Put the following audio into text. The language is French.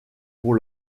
pour